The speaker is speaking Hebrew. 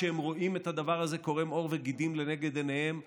כשהם רואים את הדבר הזה קורם עור וגידים לנגד עיניהם אומרים: